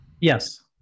yes